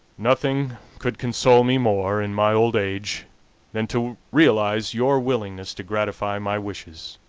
nothing could console me more in my old age than to realize your willingness to gratify my wishes.